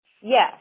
Yes